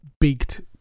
beaked